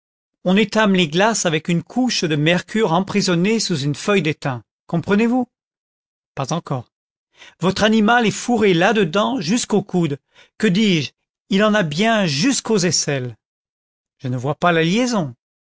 on étame les glaces avec une couche de mercure emprisonnée sous une feuille d'étain comprenez-vous pas encore votre animal est fourré là dedans jusqu'aux coudes que dis-je il en a bien jusqu'aux aisselles je ne vois pas la liaison